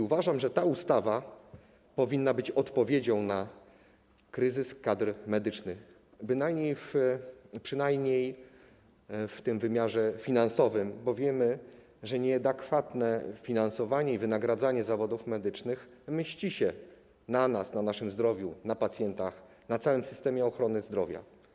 Uważam, że ta ustawa powinna być odpowiedzią na kryzys kadr medycznych przynajmniej w tym wymiarze finansowym, bo wiemy, że nieadekwatne finansowanie i wynagradzanie zawodów medycznych mści się na nas, na naszym zdrowiu, na pacjentach, na całym systemie ochrony zdrowia.